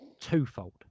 twofold